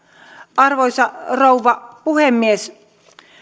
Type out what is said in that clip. arvoisa rouva puhemies